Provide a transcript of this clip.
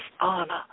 honor